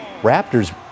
Raptors